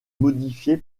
modifié